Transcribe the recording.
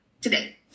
today